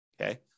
Okay